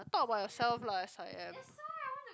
talk about yourself lah S_I_M